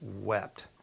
wept